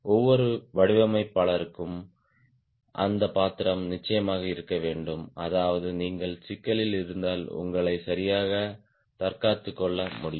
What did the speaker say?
ஒவ்வொரு வடிவமைப்பாளருக்கும் அந்த பாத்திரம் நிச்சயமாக இருக்க வேண்டும் அதாவது நீங்கள் சிக்கலில் இருந்தால் உங்களை சரியாக தற்காத்துக் கொள்ள முடியும்